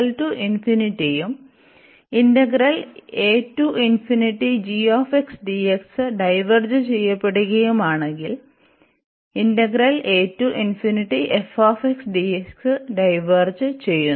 K∞ യുo ഡൈവേർജ് ചെയ്യപ്പെടുകയുമാണെങ്കിൽ ഡൈവേർജ് ചെയ്യന്നു